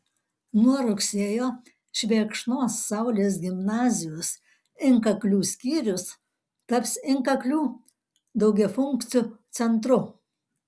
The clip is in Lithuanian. nuo rugsėjo švėkšnos saulės gimnazijos inkaklių skyrius taps inkaklių daugiafunkciu centru